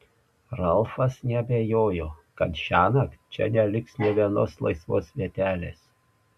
ralfas neabejojo kad šiąnakt čia neliks nė vienos laisvos vietelės